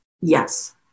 Yes